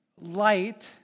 Light